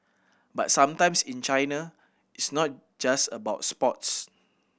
but sometimes in China it's not just about sports